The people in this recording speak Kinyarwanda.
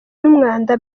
n’umwanda